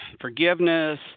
forgiveness